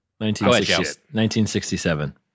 1967